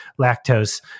lactose